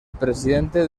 presidente